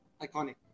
iconic